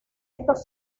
estos